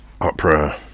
opera